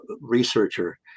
researcher